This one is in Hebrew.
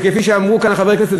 כפי שאמרו כאן חברי כנסת,